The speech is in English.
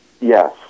Yes